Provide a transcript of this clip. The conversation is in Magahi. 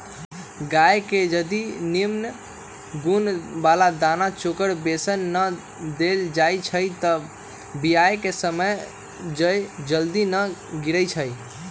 गाय के जदी निम्मन गुण बला दना चोकर बेसन न देल जाइ छइ तऽ बियान कें समय जर जल्दी न गिरइ छइ